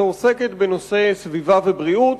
שעוסקת בנושאי סביבה ובריאות,